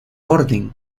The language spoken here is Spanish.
orden